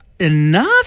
enough